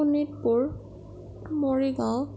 Sonitpur Morigaon